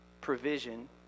provision